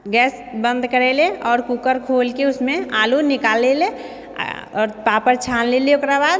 gas बन्द करै लऽ आओर कूकर खोलके उसमे आलू निकाल लेलै आओर पापड़ छानि लेलियै ओकरा बाद